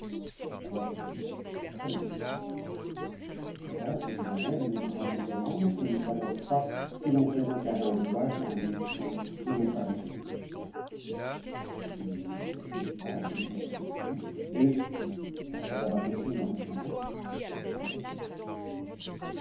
de quoi je fus extrêmement surpris voilà dis-je en moi-même une grande ignorance de ne savoir pas que l'on présente la main droite à un médecin et non pas la gauche je ne laissai pas de lui tâter le pouls et après avoir écrit une ordonnance je me retirai